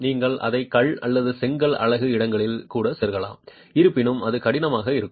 நீங்கள் அதை கல் அல்லது செங்கல் அலகு இடங்களில் கூட செருகலாம் இருப்பினும் அது கடினமாக இருக்கும்